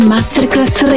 Masterclass